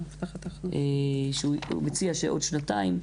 הוא מציע עוד שנתיים,